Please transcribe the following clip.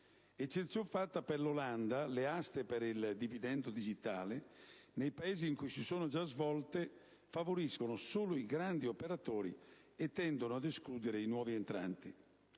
Eccezion fatta per l'Olanda, le aste per il dividendo digitale, nei Paesi in cui si sono già svolte, favoriscono solo i grandi operatori e tendono ad escludere i nuovi entranti.